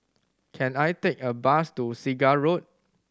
can I take a bus to Segar Road